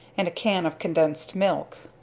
and a can of condensed milk.